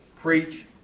preach